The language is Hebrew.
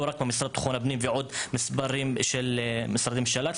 ולא רק במשרד לביטחון פנים ומספר משרדי ממשלה נוספים.